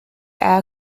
air